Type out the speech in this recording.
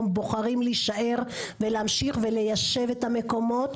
בוחרים להישאר ולהמשיך וליישב את המקומות,